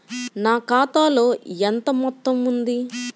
నా ఖాతాలో ఎంత మొత్తం ఉంది?